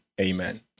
Amen